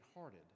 hearted